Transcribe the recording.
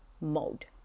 mode